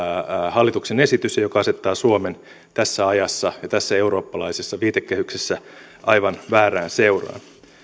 hallituksen esitys ja joka asettaa suomen tässä ajassa ja tässä eurooppalaisessa viitekehyksessä aivan väärään seuraan